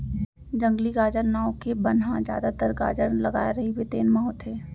जंगली गाजर नांव के बन ह जादातर गाजर लगाए रहिबे तेन म होथे